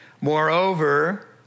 Moreover